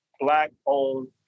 black-owned